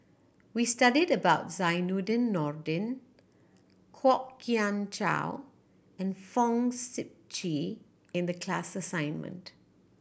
we studied about Zainudin Nordin Kwok Kian Chow and Fong Sip Chee in the class assignment